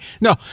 No